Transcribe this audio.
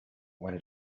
when